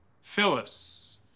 Phyllis